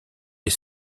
les